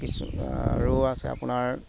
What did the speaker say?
কিছু ৰৌ আছে আপোনাৰ